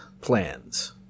plans